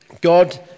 God